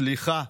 סליחה,